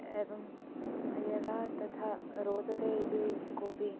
एवं यदा तथा रोचते इति कोपि